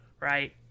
Right